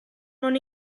non